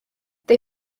they